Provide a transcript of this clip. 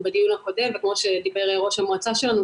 בדיון הקודם וכמו שדיבר ראש המועצה שלנו,